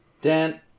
Dan